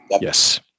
Yes